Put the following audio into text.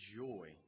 joy